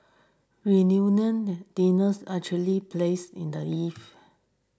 reunion dinners actually place in the eve